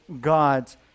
God's